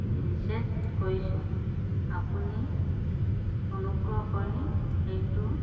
reset কৰিছোঁ আপুনি অনুগ্ৰহ কৰি সেইটো